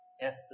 Yes